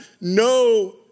no